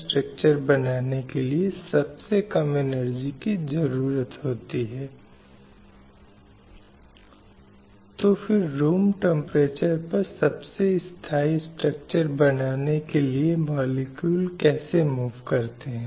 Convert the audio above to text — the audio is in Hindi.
स्लाइड समय संदर्भ 0147 यह सम्मेलन समाज में महिलाओं के विभिन्न मुद्दों और चिंताओं को बढ़ावा देने और उनकी स्थिति के सुधार की दिशा में उचित कदम उठाने की दिशा में एक बड़ा कदम था